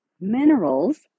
Minerals